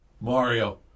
Mario